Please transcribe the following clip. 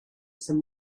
some